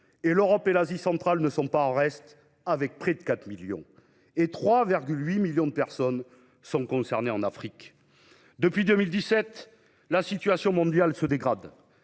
l'Europe et l'Asie centrale ne sont pas en reste, avec près de 4 millions, et 3,8 millions de personnes sont concernées en Afrique. Depuis 2017, la situation mondiale se dégrade.